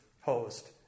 host